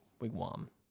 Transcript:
wigwam